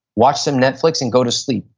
watch some netflix and go to sleep.